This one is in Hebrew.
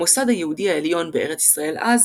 המוסד היהודי העליון בארץ ישראל אז,